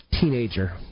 Teenager